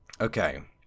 Okay